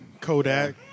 Kodak